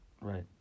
Right